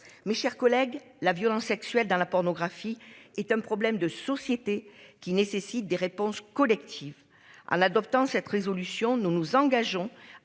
mes chers collègues, la violence sexuelle dans la pornographie est un problème de société qui nécessitent des réponses collectives en adoptant cette résolution. Nous nous engageons